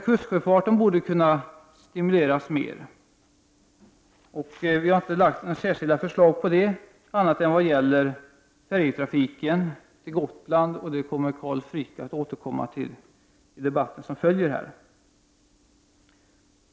Kustsjöfarten borde kunna stimuleras mer. Vi har inte lagt fram några särskilda förslag annat än vad gäller färjetrafiken till Gotland, och till den återkommer Carl Frick i debatten som följer.